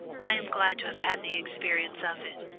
i am glad to have had the experience of it,